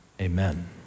amen